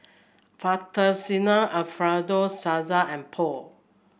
Fettuccine Alfredo Salsa and Pho